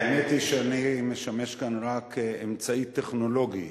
האמת היא שאני משמש כאן רק אמצעי טכנולוגי.